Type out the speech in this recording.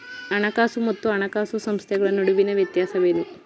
ಹಣಕಾಸು ಮತ್ತು ಹಣಕಾಸು ಸಂಸ್ಥೆಗಳ ನಡುವಿನ ವ್ಯತ್ಯಾಸವೇನು?